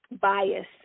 bias